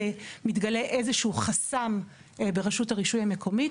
מתגלה איזשהו חסם ברשות הרישוי המקומית,